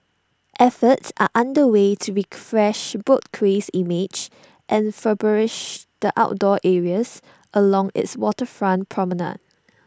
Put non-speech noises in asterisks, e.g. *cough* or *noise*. efforts are under way to *unintelligible* fresh boat Quay's image and *unintelligible* the outdoor areas along its waterfront promenade